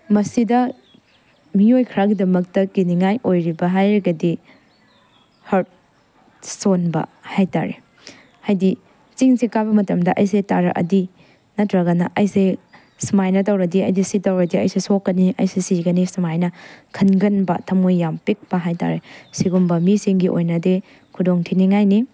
ꯃꯁꯤꯗ ꯃꯤꯑꯣꯏ ꯈꯔꯒꯤꯗꯃꯛꯇ ꯀꯤꯅꯤꯡꯉꯥꯏ ꯑꯣꯏꯔꯤꯕ ꯍꯥꯏꯔꯒꯗꯤ ꯍꯥꯔꯠ ꯁꯣꯟꯕ ꯍꯥꯏꯇꯥꯔꯦ ꯍꯥꯏꯗꯤ ꯆꯤꯡꯁꯦ ꯀꯥꯕ ꯃꯇꯝꯗ ꯑꯩꯁꯦ ꯇꯥꯔꯛꯑꯗꯤ ꯅꯠꯇ꯭ꯔꯒꯅ ꯑꯩꯁꯦ ꯁꯨꯃꯥꯏꯅ ꯇꯧꯔꯗꯤ ꯑꯩꯗꯤ ꯁꯤ ꯇꯧꯔꯗꯤ ꯑꯩꯁꯦ ꯁꯣꯛꯀꯅꯤ ꯑꯩꯁꯦ ꯁꯤꯒꯅꯤ ꯁꯨꯃꯥꯏꯅ ꯈꯟꯒꯟꯕ ꯊꯃꯣꯏ ꯌꯥꯝ ꯄꯤꯛꯄ ꯍꯥꯏꯇꯥꯔꯦ ꯁꯤꯒꯨꯝꯕ ꯃꯤꯁꯤꯡꯒꯤ ꯑꯣꯏꯅꯗꯤ ꯈꯨꯗꯣꯡ ꯊꯤꯅꯤꯡꯉꯥꯏꯅꯤ